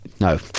no